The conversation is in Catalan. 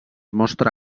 mostra